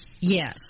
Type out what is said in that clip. Yes